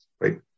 right